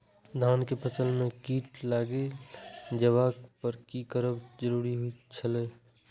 धान के फसल में कीट लागि जेबाक पर की करब जरुरी छल?